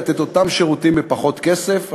לתת את אותם שירותים בפחות כסף.